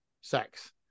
sex